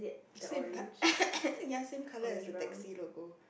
same co~ ya same colour as the taxi logo